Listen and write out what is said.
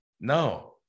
No